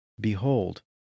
Behold